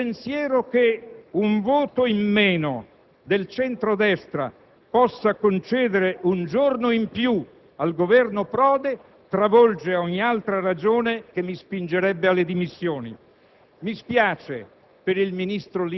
Onorevoli senatori, il pensiero che un voto in meno del centro‑destra possa concedere un giorno in più al Governo Prodi travolge ogni altra ragione che mi spingerebbe alle dimissioni.